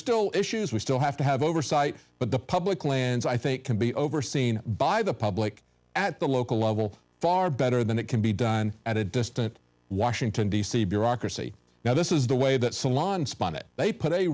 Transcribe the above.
still issues we still have to have oversight but the public lands i think can be overseen by the public at the local level far better than it can be done at a distant washington d c bureaucracy now this is the way that salon spun it they put a